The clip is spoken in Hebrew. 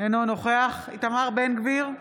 אינו נוכח איתמר בן גביר,